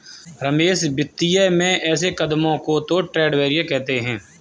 रमेश वित्तीय में ऐसे कदमों को तो ट्रेड बैरियर कहते हैं